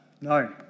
No